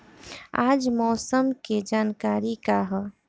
आज मौसम के जानकारी का ह?